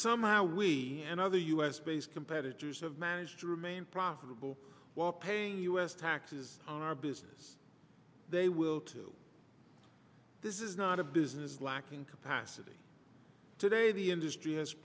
somehow we and other u s based competitors have managed to remain profitable while paying u s taxes on our business they will too this is not a business lacking capacity today the industry has